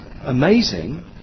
amazing